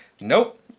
nope